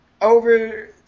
over